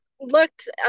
looked